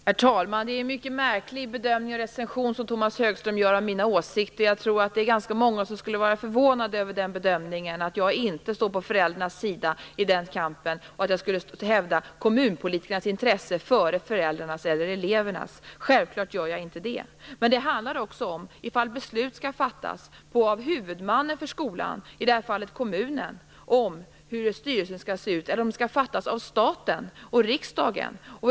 Herr talman! Det är en mycket märklig bedömning och recension som Thomas Högström gör av mina åsikter. Det är nog ganska många som skulle vara förvånad över bedömningen att jag inte står på föräldrarnas sida i deras kamp och att jag skulle sätta kommunpolitikernas intressen före föräldrarnas eller elevernas. Självfallet gör jag inte det. Det handlar också om ifall beslut om hur styrelsen skall se ut skall fattas av huvudmannen för skolan - i det här fallet kommunen - eller om beslut skall fattas av staten och riksdagen.